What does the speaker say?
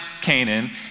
Canaan